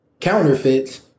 counterfeits